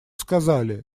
сказали